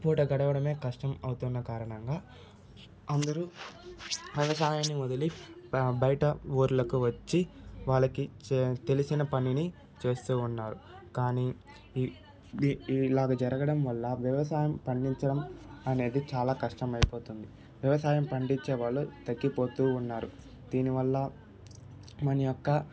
పూట గడవడమే కష్టం అవుతున్న కారణంగా అందరు వ్యవసాయాన్ని వదిలి బయట ఊళ్ళకు వచ్చి వాళ్ళకి తెలిసిన పనిని చేస్తు ఉన్నారు కానీ ఈ ఇలాగ జరగడం వల్ల వ్యవసాయం పండించడం అనేది చాలా కష్టమైపోతుంది వ్యవసాయం పండించేవాళ్ళు తగ్గిపోతు ఉన్నారు దీని వల్ల మన యొక్క